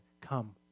Come